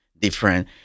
Different